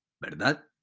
verdad